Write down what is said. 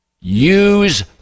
use